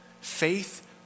Faith